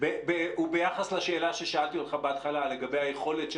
וביחס לשאלה ששאלתי אותך בהתחלה לגבי היכולת של